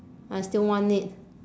I still want it